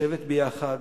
לשבת ביחד,